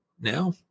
Now